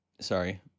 sorry